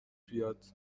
بیاد